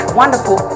wonderful